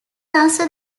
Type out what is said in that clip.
answer